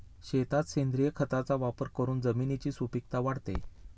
शेतात सेंद्रिय खताचा वापर करून जमिनीची सुपीकता वाढते